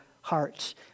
hearts